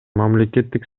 мамлекеттик